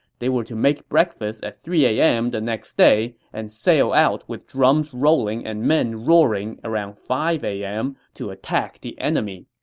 they were to make breakfast at three a m. the next day and sail out with drums rolling and men roaring at five a m. to attack the enemy